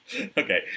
Okay